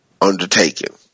undertaken